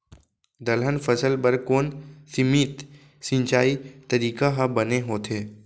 दलहन फसल बर कोन सीमित सिंचाई तरीका ह बने होथे?